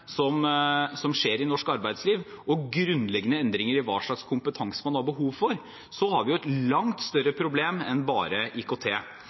som skjer i norsk arbeidsliv, og grunnleggende endringer i hva slags kompetanse man har behov for, så har vi et langt større problem enn bare IKT.